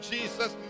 Jesus